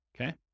okay